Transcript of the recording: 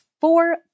four